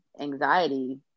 anxiety